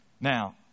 Now